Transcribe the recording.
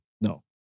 No